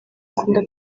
bakunda